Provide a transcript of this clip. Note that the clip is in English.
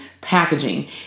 packaging